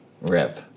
Rip